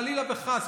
חלילה וחס,